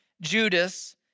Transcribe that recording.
Judas